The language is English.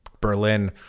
Berlin